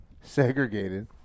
segregated